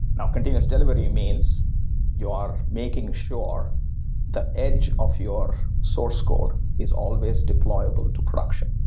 and continuous delivery means you are making sure the edge of your source code is always deployable to production.